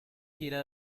gira